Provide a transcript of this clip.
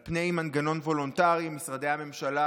על פי מנגנון וולונטרי משרדי הממשלה,